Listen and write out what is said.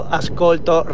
ascolto